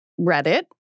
Reddit